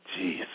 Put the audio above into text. Jeez